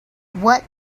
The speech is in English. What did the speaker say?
what